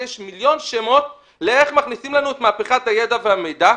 יש מיליון שמות איך מכניסים לנו את מהפכת הידע והמידע,